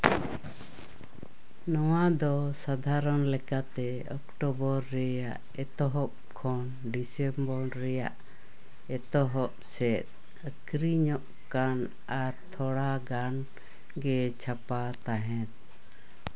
ᱱᱚᱣᱟ ᱫᱚ ᱥᱟᱫᱷᱟᱨᱚᱱ ᱞᱮᱠᱟᱛᱮ ᱚᱠᱴᱳᱵᱚᱨ ᱨᱮᱭᱟᱜ ᱮᱛᱚᱦᱚᱵ ᱠᱷᱚᱱ ᱰᱤᱥᱮᱢᱵᱚᱨ ᱨᱮᱭᱟᱜ ᱮᱛᱚᱦᱚᱵ ᱥᱮᱫ ᱟᱹᱠᱷᱨᱤᱧᱚᱜ ᱠᱟᱱ ᱟᱨ ᱛᱷᱚᱲᱟ ᱜᱟᱱ ᱜᱮ ᱪᱷᱟᱯᱟᱜ ᱛᱟᱦᱮᱸᱫ